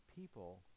people